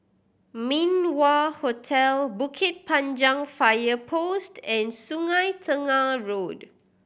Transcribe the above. Min Wah Hotel Bukit Panjang Fire Post and Sungei Tengah Road